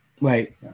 Right